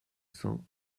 cents